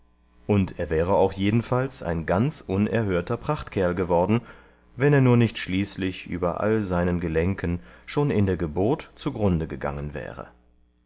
und er wäre auch jedenfalls ein ganz unerhörter prachtkerl geworden wenn er nur nicht schließlich über all seinen gelenken schon in der geburt zugrunde gegangen wäre